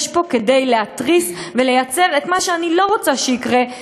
יש פה כדי להתריס וליצור מה שאני לא רוצה שיקרה,